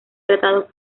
tratado